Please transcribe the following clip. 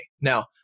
Now